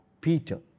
Peter